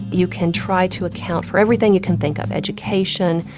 you can try to account for everything you can think of education,